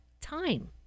time